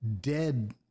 dead